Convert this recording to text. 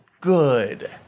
good